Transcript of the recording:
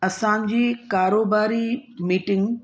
असांजी कारोबारी मीटिंग